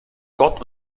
gott